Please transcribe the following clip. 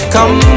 Come